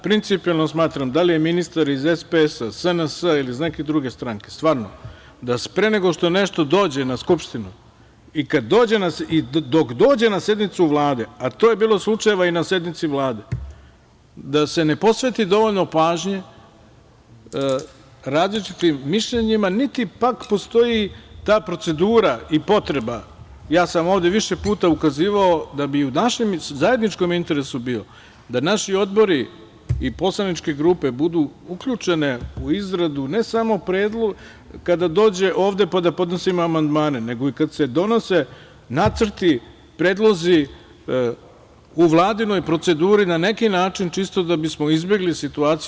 Principijelno smatram, da li je ministar iz SPS, SNS ili iz neke druge stranke, stvarno, da pre nego što nešto dođe na Skupštinu i kada dođe i dok dođe na sednicu Vlade, a to je bilo slučajeva i na sednici Vlade, da se ne posveti dovoljno pažnje različitim mišljenjima, niti pak postoji ta procedura i potreba, ja sam ovde više puta ukazivao da bi u našem zajedničkom interesu bilo da naši odbori i poslaničke grupe budu uključene u izradu, ne samo predlog kada dođe ovde pa da podnosimo amandmane, nego i kada se donose nacrti, predlozi u Vladinoj proceduri na neki način čisto da bismo izbegli situaciju.